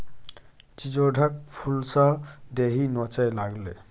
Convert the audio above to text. चिचोढ़क फुलसँ देहि नोचय लागलै